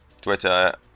Twitter